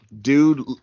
Dude